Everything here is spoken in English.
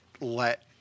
let